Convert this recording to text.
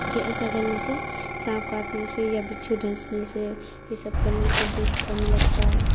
کہ ایسا کرنے سے سانپ کاٹنے سے یا بچھو ڈسنے سے یہ سب کرنے سے بھی کم لگتا ہے